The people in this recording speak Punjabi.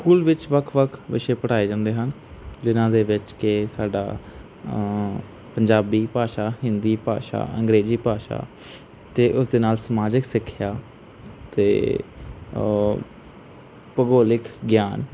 ਸਕੂਲ ਵਿੱਚ ਵੱਖ ਵੱਖ ਵਿਸ਼ੇ ਪੜ੍ਹਾਏ ਜਾਂਦੇ ਹਨ ਜਿਹਨਾਂ ਦੇ ਵਿੱਚ ਕਿ ਸਾਡਾ ਪੰਜਾਬੀ ਭਾਸ਼ਾ ਹਿੰਦੀ ਭਾਸ਼ਾ ਅੰਗਰੇਜ਼ੀ ਭਾਸ਼ਾ ਅਤੇ ਉਸ ਦੇ ਨਾਲ ਸਮਾਜਿਕ ਸਿੱਖਿਆ ਅਤੇ ਭੂਗੋਲਿਕ ਗਿਆਨ